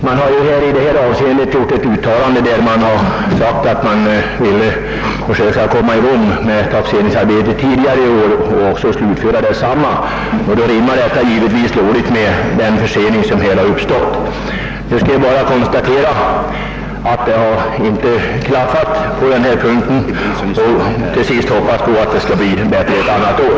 Det har ju gjorts ett uttalande vari förklarades att man ville försöka komma i gång med taxeringsarbetet tidigare i år och även slutföra det tidigare, och det uttalandet rimmar dåligt med den försening som uppstått. Nu inskränker jag mig till att konstatera att det inte klaffat på denna punkt och hoppas att det skall bli bättre ett annat år.